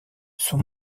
son